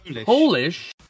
Polish